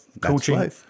coaching